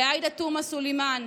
לעאידה תומא סלימאן,